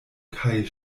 kaj